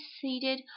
seated